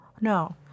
No